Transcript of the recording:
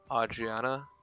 Adriana